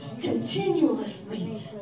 continuously